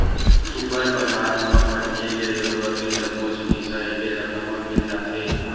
super बजार म मनखे के जरूरत के सब्बो जिनिस ह एके जघा म मिल जाथे